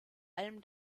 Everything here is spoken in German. allem